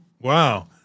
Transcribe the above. wow